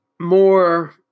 more